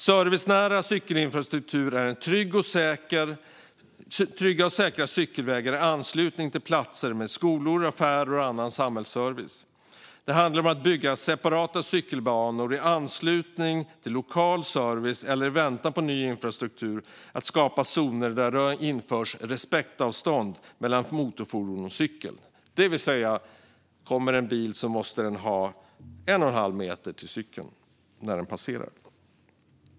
Servicenära cykelinfrastruktur är trygga och säkra cykelvägar i anslutning till platser med skolor, affärer och annan samhällsservice. Det handlar om att bygga separata cykelbanor i anslutning till lokal service, eller - i väntan på ny infrastruktur - om att skapa zoner där det införs respektavstånd mellan motorfordon och cykel. Det innebär att om det kommer en bil måste den ha 1 1⁄2 meter till cykeln när den passerar.